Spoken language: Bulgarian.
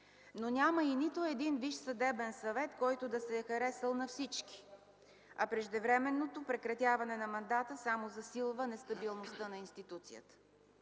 но няма и нито един Висш съдебен съвет, който да се е харесал на всички, а преждевременното прекратяване на мандата само засилва нестабилността на институцията.